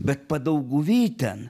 bet padauguvy ten